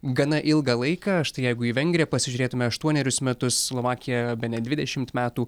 gana ilgą laiką štai jeigu į vengriją pasižiūrėtume aštuonerius metus slovakiją bene dvidešimt metų